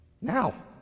Now